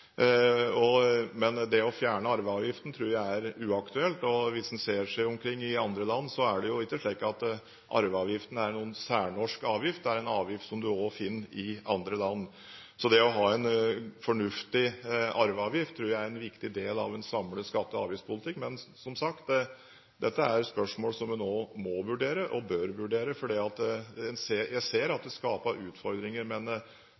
Men å fjerne arveavgiften tror jeg er uaktuelt, og hvis en ser seg omkring i andre land, er det ikke slik at arveavgiften er en særnorsk avgift. Det er en avgift du også finner i andre land. Så det å ha en fornuftig arveavgift tror jeg er en viktig del av en samlet skatte- og avgiftspolitikk. Som sagt er dette spørsmål en også må vurdere, og bør vurdere, for jeg ser at det skaper utfordringer, men